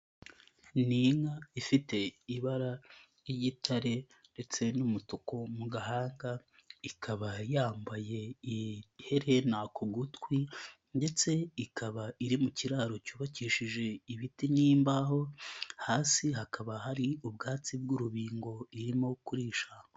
Ni inka ifite ibara ry'igitare ndetse n'umutuku mu gahanga, ikaba yambaye ihena ku gutwi ndetse ikaba iri mu kiraro cyubakishije ibiti n'imbaho, hasi hakaba hari ubwatsi bw'urubingo irimo kurisha.